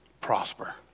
prosper